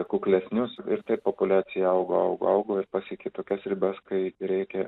kuklesnius ir taip populiacija augo augo augo ir pasiekė tokias ribas kai reikia